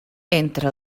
entre